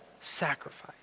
sacrifice